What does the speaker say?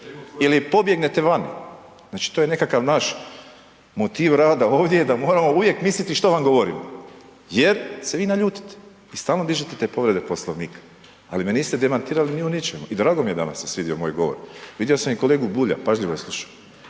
ili pobjegnete vani, znači to je nekakav naš motiv rada ovdje da moramo uvijek misliti što vam govorimo jer se vi naljutite i stalno dižete te povrede Poslovnika, ali me niste demantirali ni u ničemu i drago mi je da vam se svidio moj govor, vidio sam i kolegu Bulja, pažljivo je slušao,